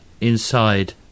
inside